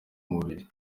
mubiri